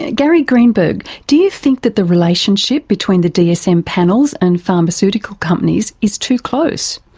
and gary greenberg, do you think that the relationship between the dsm panels and pharmaceutical companies is too close?